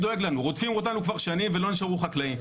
רודפים אותנו כבר שנים ולא נשארו חקלאים.